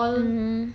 mmhmm